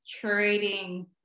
trading